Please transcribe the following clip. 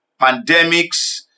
pandemics